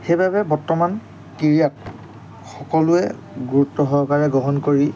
সেইবাবে বৰ্তমান ক্ৰীড়াত সকলোৱে গুৰুত্ব সহকাৰে গ্ৰহণ কৰি